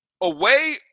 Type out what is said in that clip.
away